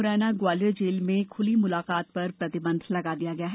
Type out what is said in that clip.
मुरैना और ग्वालियर जेल में खुली मुलाकात पर प्रतिबंध लगा दिया गया है